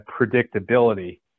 predictability